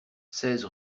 seize